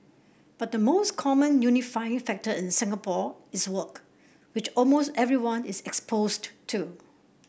but the most common unifying factor in Singapore is work which almost everyone is exposed to